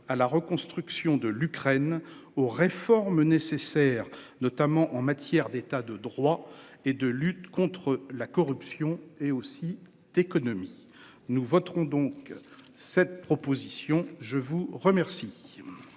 à la reconstruction de l'Ukraine aux réformes nécessaires, notamment en matière d'état de droit et de lutte contre la corruption et aussi d'économie. Nous voterons donc cette proposition. Je vous remercie.